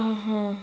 आं हा